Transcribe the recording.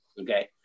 Okay